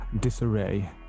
disarray